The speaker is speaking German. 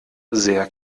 sehr